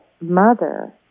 mother